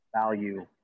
value